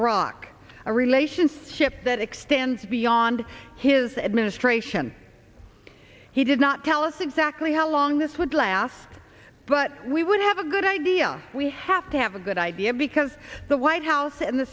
iraq a relation sipp that extends beyond his administration he did not tell us exactly how long this would last but we would have a good idea we have to have a good idea because the white house and the